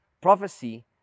Prophecy